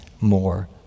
more